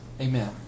Amen